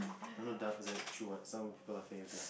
I'm not doubt is like true what some people are afraid of me